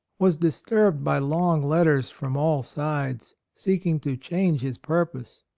was disturbed by long letters from all sides, seeking to change his purpose.